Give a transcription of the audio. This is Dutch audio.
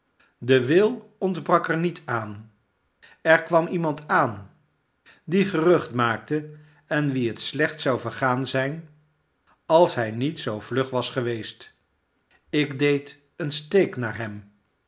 de wil ontbrak er niet aan er kwam iemand aan die gerucht maakte en wien het slecht zou vergaan zijn als hij niet zoo vlug was geweest ik deed een steek naar hem